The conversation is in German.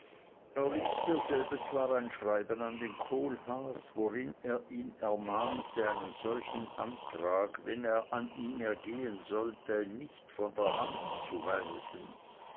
erließ derselbe zwar ein schreiben an den kohlhaas worin er ihn ermahnte einen solchen antrag wenn er an ihn ergehen sollte nicht von der hand zu weisen